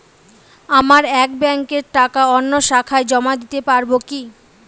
আমার এক ব্যাঙ্কের টাকা অন্য শাখায় জমা দিতে পারব কি?